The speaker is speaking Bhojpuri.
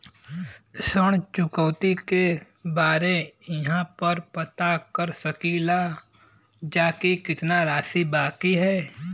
ऋण चुकौती के बारे इहाँ पर पता कर सकीला जा कि कितना राशि बाकी हैं?